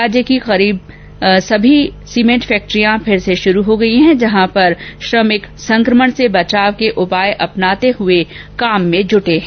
राज्य की लगभग सभी सीमेंट फैक्ट्रियां फिर से शुरू हो गई है जहां पर श्रमिक संकमण से बचाव के उपाय अपनाते हुए काम में जुटे है